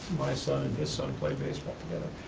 my son and his son played baseball together.